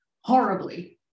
horribly